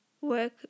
work